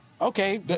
okay